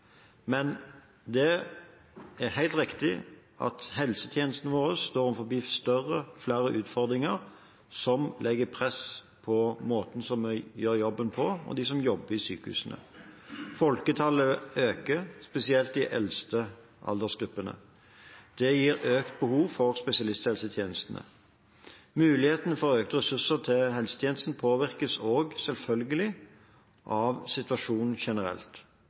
Men det er helt riktig at helsetjenestene våre står overfor større og flere utfordringer som legger press på måten vi gjør jobben på, og på dem som jobber i sykehusene. Folketallet øker, spesielt i de eldste aldersgruppene. Det gir økt behov for spesialisthelsetjenester. Mulighetene for økte ressurser til helsetjenesten påvirkes også selvfølgelig av situasjonen generelt,